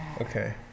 Okay